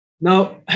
Now